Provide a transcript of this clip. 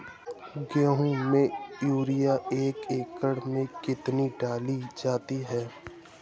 गेहूँ में यूरिया एक एकड़ में कितनी डाली जाती है?